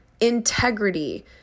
integrity